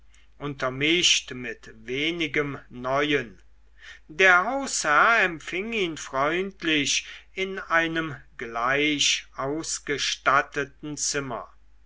haben untermischt mit wenigem neuen der hausherr empfing ihn freundlich in einem gleich ausgestatteten zimmer